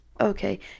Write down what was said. okay